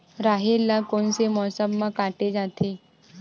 राहेर ल कोन से मौसम म काटे जाथे?